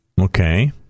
Okay